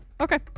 okay